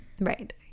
right